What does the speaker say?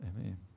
Amen